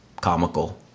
comical